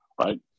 right